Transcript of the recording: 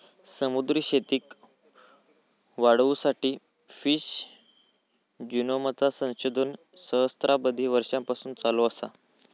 समुद्री शेतीक वाढवुसाठी फिश जिनोमचा संशोधन सहस्त्राबधी वर्षांपासून चालू असा